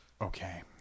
okay